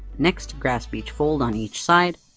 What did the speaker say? next grasp each fold on each side,